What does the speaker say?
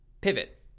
pivot